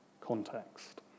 Context